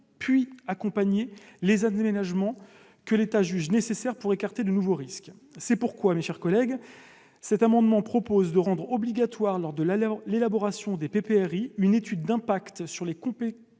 puis accompagner les aménagements que l'État juge nécessaire pour écarter de nouveaux risques ? C'est pourquoi, mes chers collègues, cet amendement vie à rendre obligatoire, lors de l'élaboration des PPRI, la réalisation d'une étude d'impact sur les conséquences